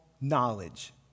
knowledge